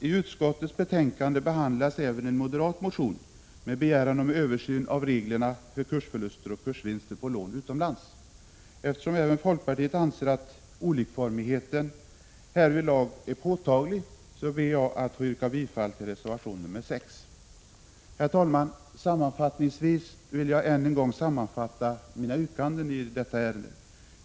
I utskottets betänkande behandlas även en moderat motion med begäran av översyn av reglerna för kursförluster och kursvinster på lån utomlands. Eftersom även folkpartiet anser att olikformigheten härvidlag är påtaglig, ber jag att få yrka bifall till reservation 6. Herr talman! Jag vill sammanfatta mina yrkanden i detta ärende.